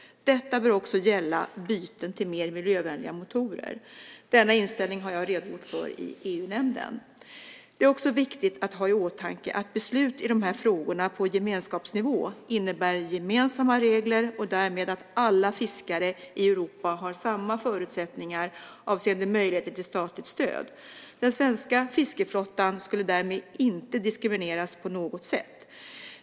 Detta bör också gälla byten till mer miljövänliga motorer. Denna inställning har jag redogjort för i EU-nämnden. Det är också viktigt att ha i åtanke att beslut i dessa frågor på gemenskapsnivå innebär gemensamma regler och därmed att alla fiskare i Europa har samma förutsättningar avseende möjligheter till statligt stöd. Den svenska fiskeflottan skulle därmed inte diskrimineras på något sätt.